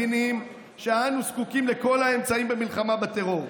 שאנו זקוקים לכל האמצעים במלחמה בטרור.